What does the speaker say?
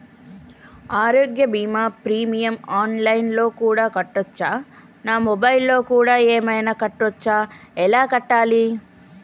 ఆరోగ్య బీమా premium online లో కూడా కట్టచ్చా? నా మొబైల్లో కూడా ఏమైనా కట్టొచ్చా? ఎలా కట్టాలి?